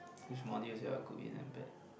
which modules you are good in and bad